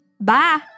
Bye